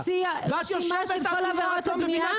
אתה רוצה שנוציא רשימה של כל עבירות הבנייה?